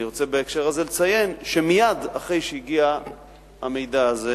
בהקשר הזה אני רוצה לציין שמייד אחרי שהגיע המידע הזה